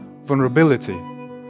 vulnerability